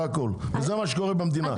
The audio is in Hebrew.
זה מה שקורה במדינה,